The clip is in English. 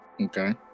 okay